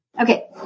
Okay